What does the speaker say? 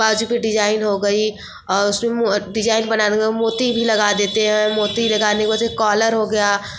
बाज़ू की डिजाइन हो गई और उसमें डिजाइन बनाने में मोती भी लगा देते हैं मोती लगाने से कॉलर हो गया